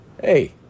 Hey